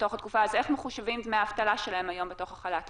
אז איך מחושבים דמי האבטלה שלהם בתוך החל"ת היום,